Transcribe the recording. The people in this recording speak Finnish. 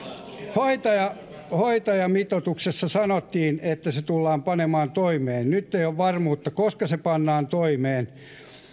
hoitajamitoituksesta sanottiin että se tullaan panemaan toimeen nyt ei ole varmuutta koska se pannaan toimeen